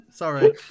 Sorry